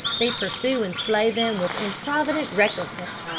they pursue and slay them with improvident recklessness,